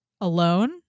alone